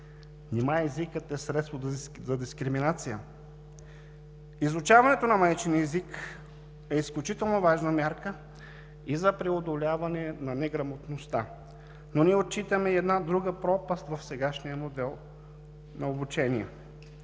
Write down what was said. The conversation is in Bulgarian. нима езикът е средство за дискриминация? Изучаването на майчин език е изключително важна мярка и за преодоляване на неграмотността, но ние отчитаме и една друга пропаст в сегашния модел на обучение